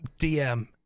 DM